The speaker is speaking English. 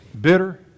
bitter